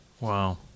Wow